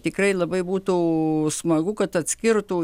tikrai labai būtų smagu kad atskirtų